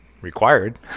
required